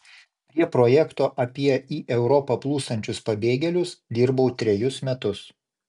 prie projekto apie į europą plūstančius pabėgėlius dirbau trejus metus